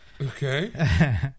Okay